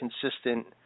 consistent